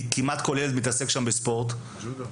כמעט כל ילד מתעסק שם בספורט, ג'ודו.